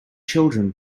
children